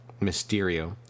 Mysterio